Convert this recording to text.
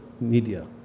media